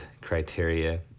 criteria